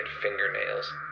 fingernails